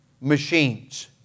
machines